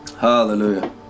Hallelujah